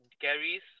Gary's